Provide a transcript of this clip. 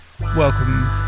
Welcome